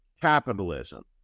capitalism